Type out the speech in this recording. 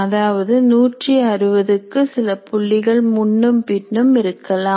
அதாவது 160 க்கு சில புள்ளிகள் முன்னும் பின்னும் இருக்கலாம்